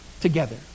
Together